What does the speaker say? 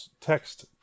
text